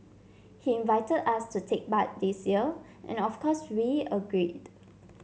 he invited us to take part this year and of course we agreed